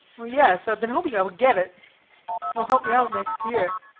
yes, i've been hoping i would get it. it will help me out next year.